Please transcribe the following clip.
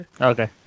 Okay